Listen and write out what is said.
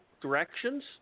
directions